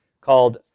called